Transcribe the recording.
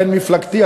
בן מפלגתי,